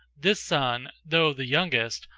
this son, though the youngest,